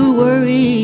worry